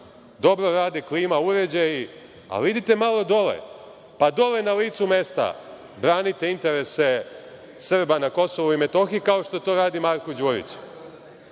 dobro rade klima uređaji, ali idite malo dole, pa dole na licu mesta branite interese Srba na KiM kao što to radi Marko Đurić. Ko